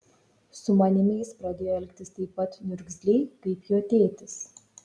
su manimi jis pradėjo elgtis taip pat niurzgliai kaip jo tėtis